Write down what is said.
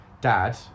Dad